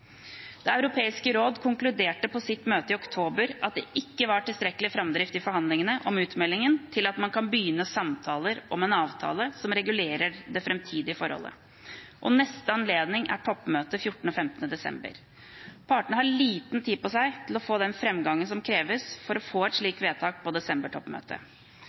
Det europeiske råd konkluderte på sitt møte i oktober at det ikke var tilstrekkelig framdrift i forhandlingene om utmeldingen til at man kan begynne samtaler om en avtale som regulerer det framtidige forholdet. Neste anledning er toppmøtet 14. og 15. desember. Partene har liten tid på seg til å få den framgangen som kreves for å få et slikt vedtak på